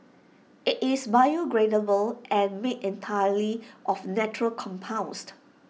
IT is biodegradable and made entirely of natural